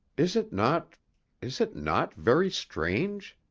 is it not is it not very strange?